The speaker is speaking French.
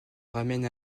ramène